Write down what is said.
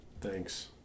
Thanks